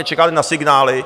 Čekáte na signály.